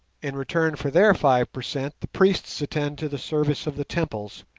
in return for their five per cent the priests attend to the service of the temples,